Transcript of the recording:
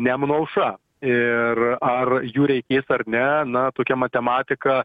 nemuno aušra ir ar jų reikės ar ne na tokia matematika